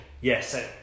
yes